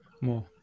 More